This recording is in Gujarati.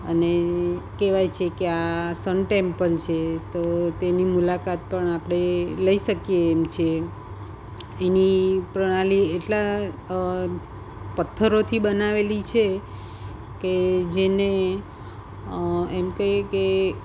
અને કહેવાય છે કે આ સન ટેમ્પલ છે તો તેની મુલાકાત પણ આપણે લઈ શકીએ એમ છીએ એની પ્રણાલી એટલા પથ્થરોથી બનાવેલી છે કે જેને એમ કહીએ કે